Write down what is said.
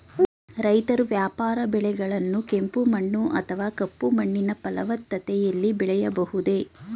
ರೈತರು ವ್ಯಾಪಾರ ಬೆಳೆಗಳನ್ನು ಕೆಂಪು ಮಣ್ಣು ಅಥವಾ ಕಪ್ಪು ಮಣ್ಣಿನ ಫಲವತ್ತತೆಯಲ್ಲಿ ಬೆಳೆಯಬಹುದೇ?